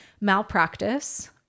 malpractice